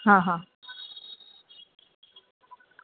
હં હં